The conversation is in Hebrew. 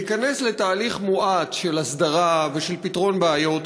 להיכנס לתהליך מואץ של הסדרה ושל פתרון בעיות.